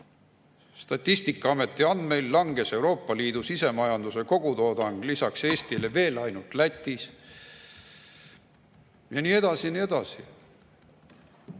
Statistikaameti andmeil langes Euroopa Liidu sisemajanduse kogutoodang lisaks Eestile veel ainult Lätis. Ja nii edasi ja nii edasi.